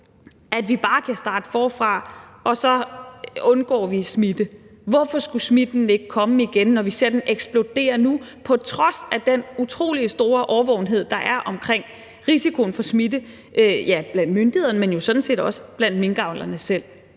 at vi bare kan starte forfra, og så undgår vi smitte. Hvorfor skulle smitten ikke komme igen, når vi ser den eksplodere nu på trods af den utrolig store årvågenhed, der er omkring risikoen for smitte, blandt myndighederne, ja, men jo sådan set også blandt minkavlerne selv?